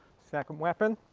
second weapon,